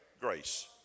Grace